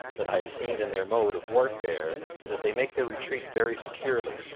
that i have seen in their mode of warfare is that they make their retreat very securely,